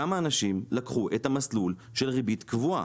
כמה אנשים לקחו את המסלול של ריבית קבועה.